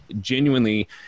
genuinely